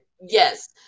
Yes